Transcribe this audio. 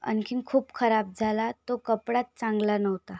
आणखी खूप खराब झाला तो कपडाच चांगला नव्हता